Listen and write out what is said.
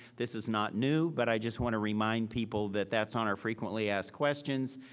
this is not new, but i just want to remind people that that's on our frequently asked questions.